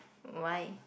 why